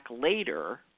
later